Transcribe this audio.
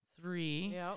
three